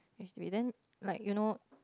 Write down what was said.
H_D_B then like you know